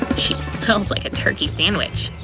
she smells like a turkey sandwich.